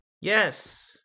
Yes